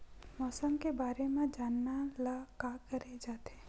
मौसम के बारे म जानना ल का कहे जाथे?